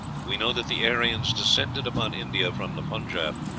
we know that the aryans descended upon india from the punjab,